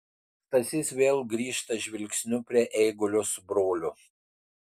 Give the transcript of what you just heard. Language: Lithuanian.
stasys vėl grįžta žvilgsniu prie eigulio su broliu